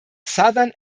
southern